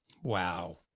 Wow